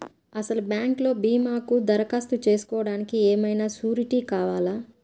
అసలు బ్యాంక్లో భీమాకు దరఖాస్తు చేసుకోవడానికి ఏమయినా సూరీటీ కావాలా?